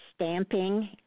Stamping